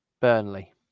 Burnley